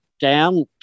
down